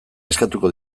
eskatuko